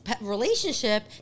relationship